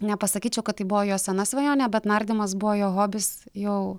nepasakyčiau kad tai buvo jo sena svajonė bet nardymas buvo jo hobis jau